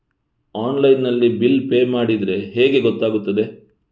Online ನಲ್ಲಿ bill pay ಮಾಡಿದ್ರೆ ಹೇಗೆ ಗೊತ್ತಾಗುತ್ತದೆ?